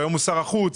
שהיום הוא שר החוץ.